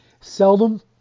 Seldom